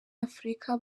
afurika